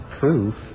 proof